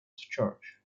church